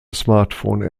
smartphone